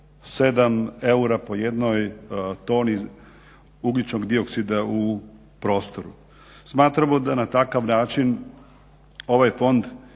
7 eura po jednoj toni ugljičnog dioksida u prostoru. Smatramo da na takav način ovaj fond